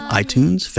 iTunes